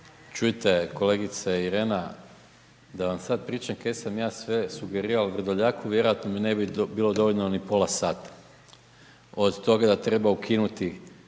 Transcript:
Čujte, kolegice Irena, da vam sad pričam kaj sam ja sve sugeriral Vrdoljaku, vjerojatno mi ne bi bilo dovoljno ni pola sata. Od toga da treba ukinuti